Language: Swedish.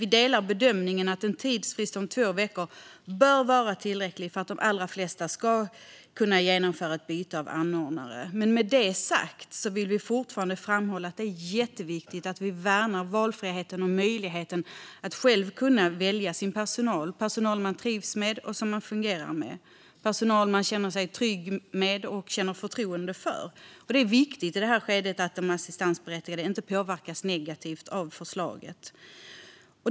Vi delar bedömningen att en tidsfrist om två veckor bör vara tillräcklig för att de allra flesta ska kunna genomföra ett byte av anordnare. Med det sagt vill vi dock framhålla att det är jätteviktigt att värna valfriheten och möjligheten att själv välja personal som man trivs med, fungerar med, känner sig trygg med och känner förtroende för. I detta skede är det viktigt att de assistansberättigade inte påverkas negativt av förslaget.